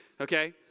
Okay